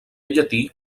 llatí